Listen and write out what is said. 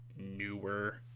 newer